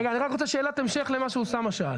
רגע, אני רק רוצה שאלת המשך למה שאוסאמה שאל.